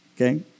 Okay